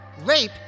Rape